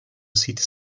city